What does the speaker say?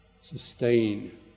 sustain